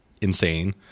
insane